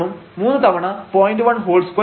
1 ഉം മൂന്ന് തവണ 0